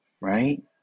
right